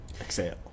Exhale